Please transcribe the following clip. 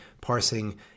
parsing